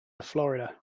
florida